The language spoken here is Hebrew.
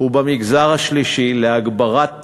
ובמגזר השלישי להגברת